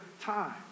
time